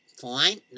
fine